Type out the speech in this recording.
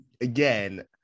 again